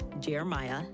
jeremiah